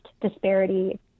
disparity